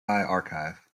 archive